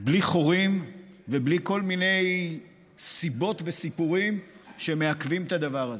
בלי חורים ובלי כל מיני סיבות וסיפורים שמעכבים את הדבר הזה.